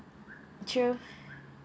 true